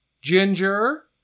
ginger